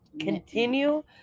continue